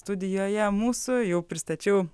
studijoje mūsų jau pristačiau